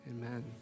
Amen